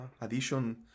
addition